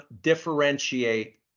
differentiate